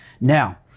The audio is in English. Now